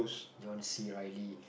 John-C-Riley